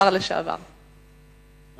גברתי היושבת-ראש,